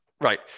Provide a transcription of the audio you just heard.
Right